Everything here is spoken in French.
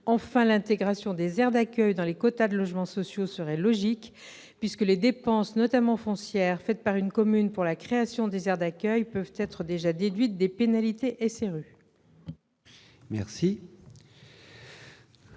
Enfin, l'intégration des aires d'accueil dans les quotas de logements sociaux serait logique, puisque les dépenses, notamment foncières, engagées par une commune pour la création de ces aires peuvent déjà être déduites des pénalités SRU.